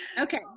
Okay